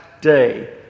day